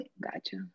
gotcha